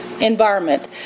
environment